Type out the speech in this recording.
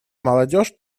молодежь